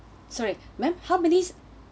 sorry madam how many